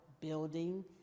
building